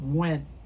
went